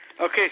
Okay